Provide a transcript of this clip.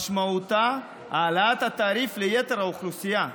משמעותה העלאת התעריף ליתר האוכלוסייה.